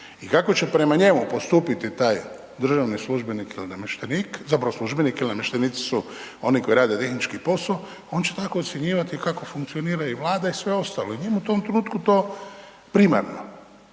i kako će prema njemu postupiti taj državni službenik ili namještenik zapravo službenik jer namještenici su oni koji rade tehnički poso, on će tako ocjenjivati kako funkcionira vlada i sve ostalo i njemu to u tom trenutku to primarno.